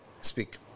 Speak